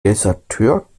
deserteur